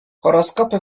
horoskopy